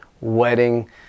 wedding